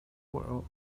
world